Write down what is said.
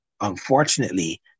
unfortunately